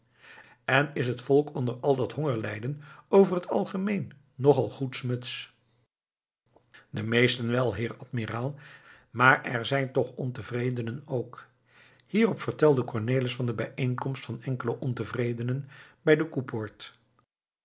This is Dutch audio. en is het volk onder al dat honger lijden over het algemeen nog al goedsmoeds de meesten wel heer admiraal maar er zijn toch ontevredenen ook hierop vertelde cornelis van de bijeenkomst van enkele ontevreden bij de koepoort